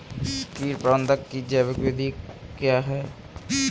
कीट प्रबंधक की जैविक विधि क्या है?